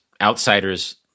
outsiders